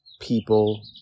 People